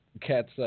Cat's